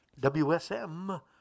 WSM